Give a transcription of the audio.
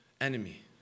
enemy